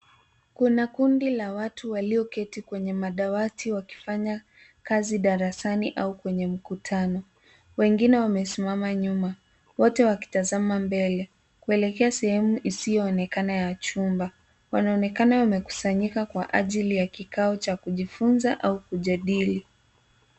Kuna kundi la watu walioketi kwenye madawati wakifanya kazi darasani au kwenye mkutano wengine wamesimama nyuma wote wakitazama mbele kuelekea sehemu isiyoonekana ya chumba wanaonekana wamekusanyika kwa ajili ya kikao cha kujifunza au kujadili.